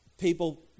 people